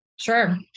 Sure